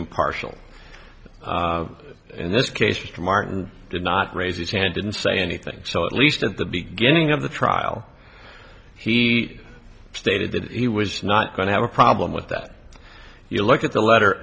impartial in this case mr martin did not raise it and didn't say anything at least at the beginning of the trial he stated that he was not going to have a problem with that you look at the letter